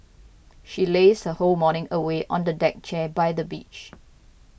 she lazed her whole morning away on a deck chair by the beach